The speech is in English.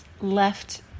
left